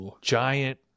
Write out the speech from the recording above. giant